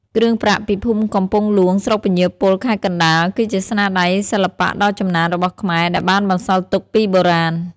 គ្រឿងប្រាក់ពីភូមិកំពង់ហ្លួង ស្រុកពញាឰល ខេត្តកណ្ដាល គឺជាស្នាដៃសិល្បៈដ៏ចំណានរបស់ខ្មែរ ដែលបានបន្សល់ទុកពីបុរាណ